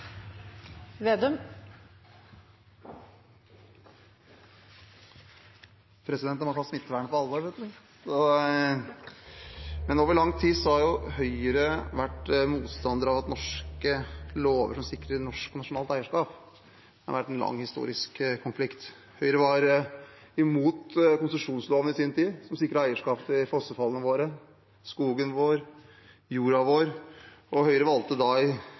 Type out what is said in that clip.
norske lover som sikrer norsk nasjonalt eierskap. Det har vært en lang historisk konflikt. Høyre var imot konsesjonsloven i sin tid, som sikret eierskap til fossefallene våre, skogen vår, jorda vår. Høyre valgte da